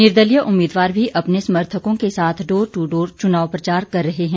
निर्दलीय उम्मीदवार भी अपने समर्थकों संग डोर दू डोर चुनाव प्रचार कर रहे हैं